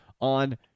on